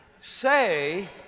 say